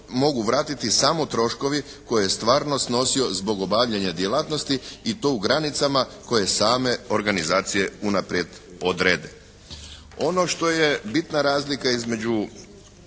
mogu vratiti samo troškovi koje je stvarno snosio zbog obavljanja djelatnosti i to u granicama koje same organizacije unaprijed odrede. Ono što je bitna razlika između